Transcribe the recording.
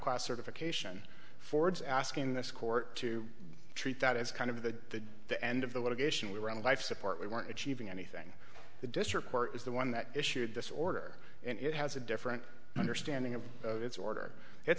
class certification ford's asking this court to treat that as kind of the the end of the litigation we were on life support we weren't achieving anything the district court is the one that issued this order and it has a different understanding of its order it